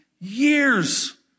years